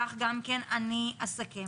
אני אסכם.